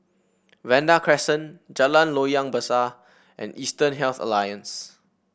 Vanda Crescent Jalan Loyang Besar and Eastern Health Alliance